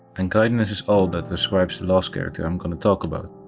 and kindness is all that describes the last character i'm gonna talk about,